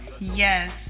Yes